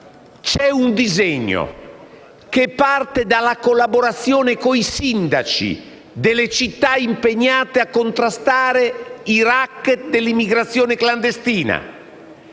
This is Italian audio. C'è un disegno che parte dalla collaborazione con i sindaci delle città impegnate a contrastare i *racket* dell'immigrazione clandestina.